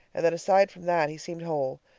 and that aside from that he seemed whole.